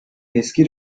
eski